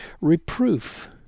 reproof